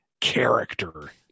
character